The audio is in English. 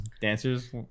dancers